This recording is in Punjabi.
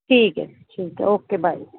ਠੀਕ ਹੈ ਠੀਕ ਹੈ ਓਕੇ ਬਾਏ